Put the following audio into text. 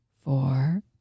four